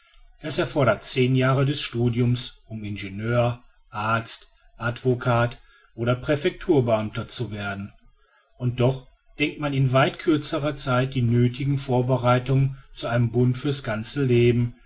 es erfordert zehn jahre des studiums um ingenieur arzt advocat oder präfecturbeamter zu werden und doch denkt man in weit kürzerer zeit die nöthige vorbereitung zu einem bund für's ganze leben